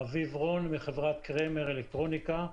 אביב רון מחברת קרמר אלקטרוניקה,